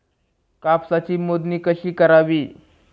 कापसाची मोजणी कशी करावी?